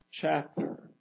chapter